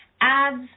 Ads